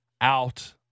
out